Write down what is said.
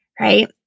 right